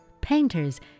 painters